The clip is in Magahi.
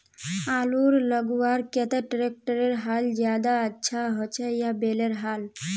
आलूर लगवार केते ट्रैक्टरेर हाल ज्यादा अच्छा होचे या बैलेर हाल?